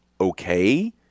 Okay